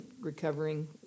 Recovering